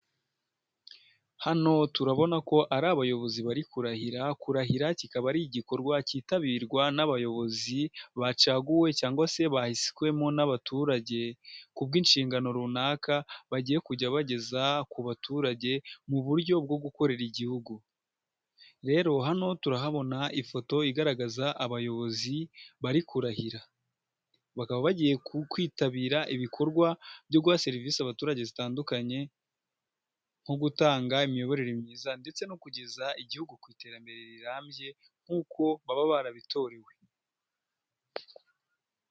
Hano turabona ko ari abayobozi bari kurahira kurahira kikaba ari igikorwa cyitabirwa n'abayobozi bacaguwe cyangwa se bahiswemo n'abaturage kubw'inshingano runaka bagiye kujya bageza ku baturage mu buryo bwo gukorera igihugu , rero hano turahabona ifoto igaragaza abayobozi bari kurahira bakaba bagiye kwitabira ibikorwa byo guha serivisi abaturage zitandukanye nko gutanga imiyoborere myiza ndetse no kugeza igihugu ku iterambere rirambye nk'uko baba barabitorewe.